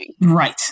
Right